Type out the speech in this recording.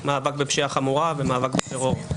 מאבק בפשיעה חמורה ומאבק בטרור.